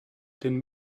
den